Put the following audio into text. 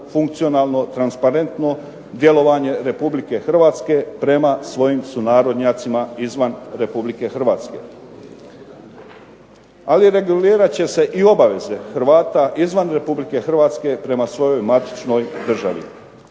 funkcionalno, transparentno djelovanje Republike Hrvatske prema svojim sunarodnjacima izvan Republike Hrvatske. Ali regulirat će se i obaveze Hrvata izvan Republike Hrvatske prema svojoj matičnoj državi.